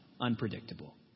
unpredictable